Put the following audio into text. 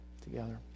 together